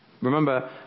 remember